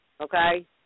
okay